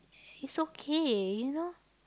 it's okay you know